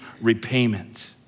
repayment